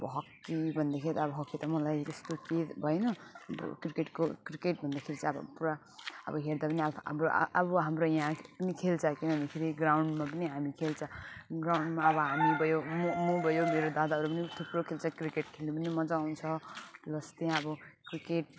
अब हकी भन्दाखेरि अब हकी त मलाई त्यस्तो केही भएन अब क्रिकेटको क्रिकेट भन्दाखेरि चाहिँ अब पुरा अब हेर्दा पनि अब हाम्रो आ अब हाम्रो यहाँ पनि खेल्छ किनभने ग्राउन्डमा पनि हामी खेल्छ ग्राउन्डमा अब हामी भयो म भयो मेरो दादाहरू पनि थुप्रो खेल्छ क्रिकेट खेल्नु पनि मजा आउँछ प्लस त्यहाँ अब क्रिकेट